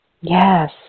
Yes